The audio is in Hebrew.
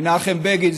מנחם בגין,